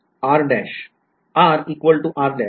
जर मी केले तर आता एल ऑपरेटर unprimed वर कार्य करते